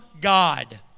God